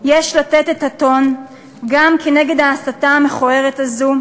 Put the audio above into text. יש לתת את הטון גם כנגד ההסתה המכוערת הזו,